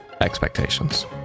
expectations